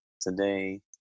today